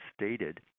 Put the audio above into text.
stated